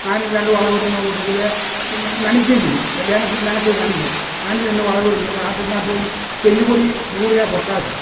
ആണ്ടില് രണ്ട് വളവിടുന്ന കൂട്ടത്തില് നനയ്ക്കേഞ്ചെയ്യും വേനല് നനക്ക് നനയ്ക്കും ആണ്ടിൽ രണ്ട് വളമിടുന്നത് ആട്ടുങ്കാട്ടവും എല്ലുപൊടി യൂറിയ പൊട്ടാഷ്